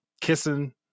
kissing